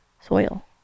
soil